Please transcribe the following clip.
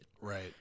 Right